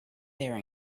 their